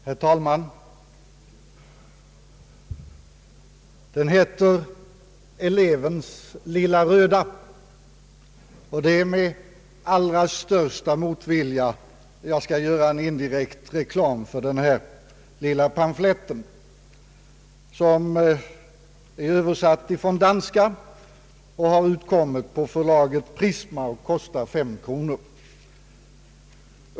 Herr talman! Den bok som jag har här i min hand heter »Elevens lilla röda», och det är med allra största motvilja som jag skall göra indirekt reklam för denna pamflett, som är översatt från danska och har utkommit på förlaget Prisma till ett pris av 5 kronor.